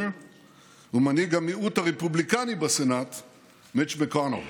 ומנהיג המיעוט הרפובליקני בסנאט מיץ' מקונל.